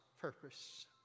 purpose